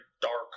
dark